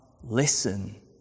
listen